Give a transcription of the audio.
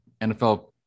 NFL